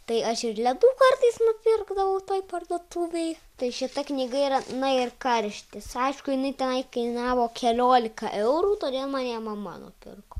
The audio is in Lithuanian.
tai aš ir ledų kartais nupirkdavau toj parduotuvėj tai šita knyga yra na ir karštis aišku jinai tenai kainavo keliolika eurų todėl man ją mama nupirko